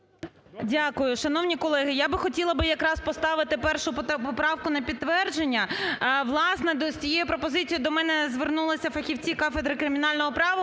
Дякую. Шановні колеги, я би хотіла би якраз поставити 1-у поправку на підтвердження. Власне, з цією пропозицією до мене звернулися фахівці кафедри кримінального права